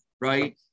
right